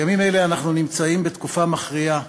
בימים אלה אנחנו נמצאים בתקופה מכריעה